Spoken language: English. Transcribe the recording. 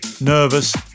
Nervous